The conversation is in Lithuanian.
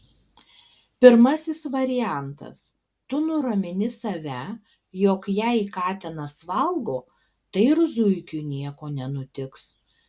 pirmasis variantas tu nuramini save jog jei katinas valgo tai ir zuikiui nieko nenutiks